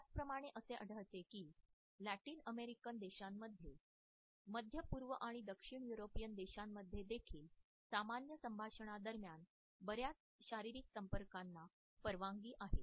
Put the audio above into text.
त्याच प्रमाणे असे आढळते की लॅटिन अमेरिकन देशांमध्ये मध्य पूर्व आणि दक्षिण युरोपियन देशांमध्ये देखील सामान्य संभाषणांदरम्यान बऱ्याच शारिरीक संपर्कांना परवानगी आहे